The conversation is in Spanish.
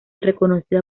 reconocida